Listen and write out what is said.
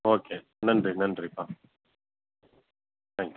okay நன்றி நன்றிப்பா thank you